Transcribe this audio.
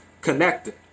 connected